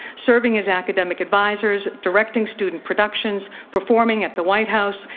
serving as academic advisors, directing student productions, performing at the white house,